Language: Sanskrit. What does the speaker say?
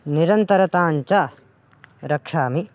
निरन्तरतां च रक्षामि